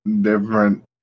different